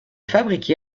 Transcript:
fabriqué